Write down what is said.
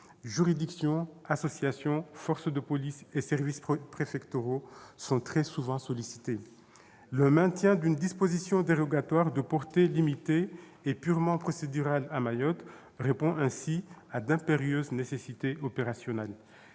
juridictions, associations, forces de police et services préfectoraux sont très fortement sollicités. Le maintien d'une disposition dérogatoire de portée limitée et purement procédurale à Mayotte répond ainsi à d'impérieuses nécessités opérationnelles.